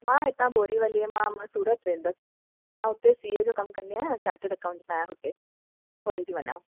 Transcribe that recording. मां हितां बोरीवलीअ मां मां सूरत वेंदसि मां हुते सीए जो कमु कंदी आहियां न चार्टेट अकाउंटस में आहियां हुते होॾे था वञां